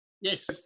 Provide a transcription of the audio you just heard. Yes